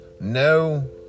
no